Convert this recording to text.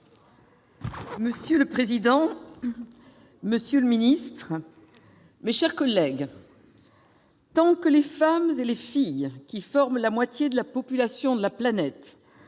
Monsieur le président, monsieur le secrétaire d'État, mes chers collègues, « tant que les femmes et les filles, qui forment la moitié de la population de la planète,